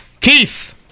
Keith